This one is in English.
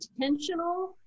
intentional